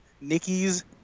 Nikki's